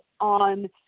on